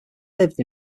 lived